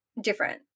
different